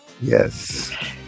Yes